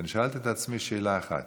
אני שאלתי את עצמי שאלה אחת: